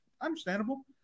Understandable